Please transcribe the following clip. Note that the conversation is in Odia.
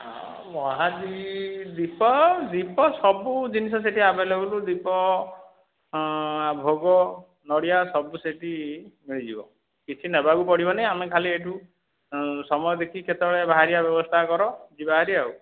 ଆଉ ମହାଦୀପ ଦୀପ ଦୀପ ସବୁ ଜିନିଷ ସେହିଠି ଆଭେଲେବେଲ ଦୀପ ଭୋଗ ନଡ଼ିଆ ସବୁ ସେହିଠି ମିଳିଯିବ କିଛି ନେବାକୁ ପଡ଼ିବନି ଆମେ ଖାଲି ଏହିଠୁ ସମୟ ଦେଖିକି କେତେବେଳେ ବାହାରିବା ବ୍ୟବସ୍ଥା କର ଯିବା ହେରି ଆଉ